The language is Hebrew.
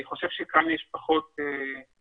אני חושב שכאן יש פחות קושי.